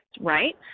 right